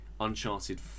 Uncharted